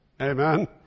Amen